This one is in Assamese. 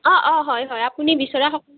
অঁ অঁ হয় হয় আপুনি বিচৰা সকলো